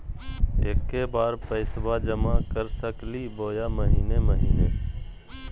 एके बार पैस्बा जमा कर सकली बोया महीने महीने?